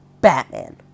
Batman